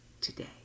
today